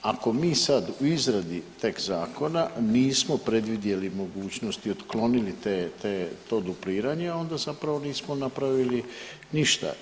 Ako mi sad u izradi tek zakona nismo predvidjeli mogućnosti i otklonili te, te, to dupliranje onda zapravo nismo napravili ništa.